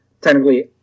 technically